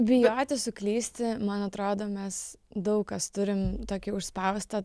bijoti suklysti man atrodo mes daug kas turim tokį užspaustą